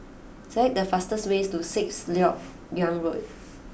select the fastest way to Sixth Lok Yang Road